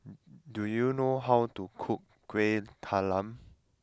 do you know how to cook Kueh Talam